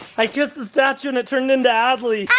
i kissed the statue and it turned into adley! i